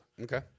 Okay